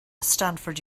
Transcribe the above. stanford